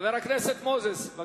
חבר הכנסת מוזס.